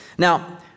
Now